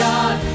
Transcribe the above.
God